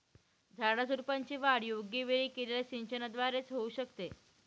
झाडाझुडपांची वाढ योग्य वेळी केलेल्या सिंचनाद्वारे च होऊ शकते